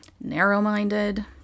narrow-minded